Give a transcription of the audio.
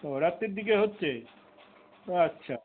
ও রাত্রির দিকে হচ্ছে ও আচ্ছা